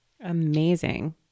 Amazing